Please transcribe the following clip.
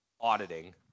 auditing